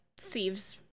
thieves